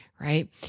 Right